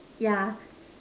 yeah